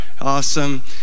awesome